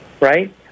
right